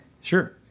Sure